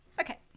Okay